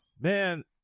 Man